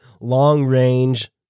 long-range